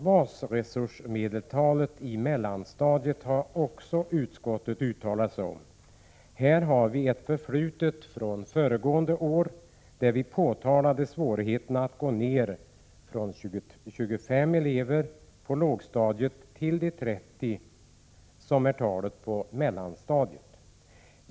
Basresursmedeltalet i mellanstadiet har också utskottet uttalat sig om. Här har vi ett förflutet från föregående år där vi påtalade svårigheten att gå från 25 elever på lågstadiet till de 30 som är talet på mellanstadiet.